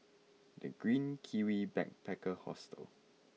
The Green Kiwi Backpacker Hostel